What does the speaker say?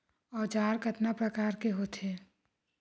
औजार कतना प्रकार के होथे?